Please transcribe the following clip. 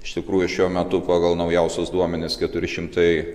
iš tikrųjų šiuo metu pagal naujausius duomenis keturi šimtai